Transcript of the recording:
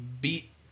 beat